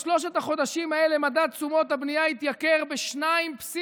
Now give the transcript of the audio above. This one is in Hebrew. בשלושת החודשים האלה מדד תשומות הבנייה התייקר ב-2.6%.